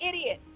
idiot